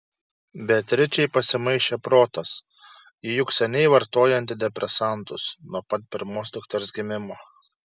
beatričei pasimaišė protas ji juk seniai vartoja antidepresantus nuo pat pirmos dukters gimimo